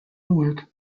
newark